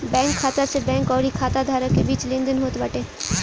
bank खाता से bank अउरी खाता धारक के बीच लेनदेन होत बाटे